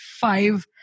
five